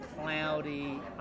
cloudy